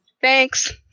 Thanks